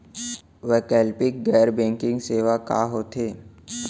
वैकल्पिक गैर बैंकिंग सेवा का होथे?